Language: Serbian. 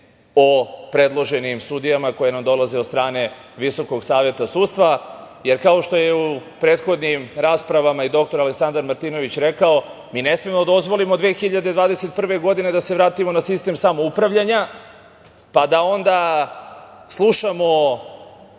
o predloženim sudijama koje nam dolaze od strane VSS, jer kao što je u prethodnim raspravama i dr Aleksandar Martinović rekao – mi ne smemo da dozvolimo 2021. godine da se vratimo na sistem samoupravljanja, pa da onda slušamo